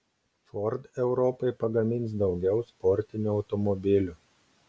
ford europai pagamins daugiau sportinių automobilių